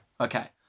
Okay